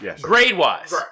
grade-wise